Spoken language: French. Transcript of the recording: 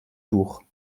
tours